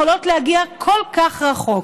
הן יכולות להגיע כל כך רחוק.